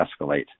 escalate